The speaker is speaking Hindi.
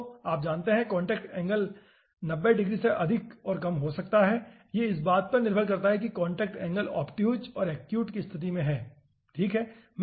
तो आप जानते हैं कि कांटेक्ट एंगल 90 डिग्री से अधिक और कम हो सकता है इस बात पर निर्भर करता है कि कांटेक्ट एंगल ऑब्टयूज़ और एक्यूट की स्तिथि में हैं ठीक है